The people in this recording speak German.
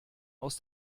aus